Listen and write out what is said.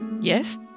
Yes